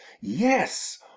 Yes